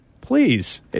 Please